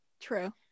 True